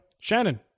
Shannon